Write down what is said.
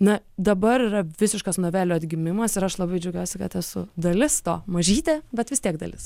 na dabar yra visiškas novelių atgimimas ir aš labai džiaugiuosi kad esu dalis to mažytė bet vis tiek dalis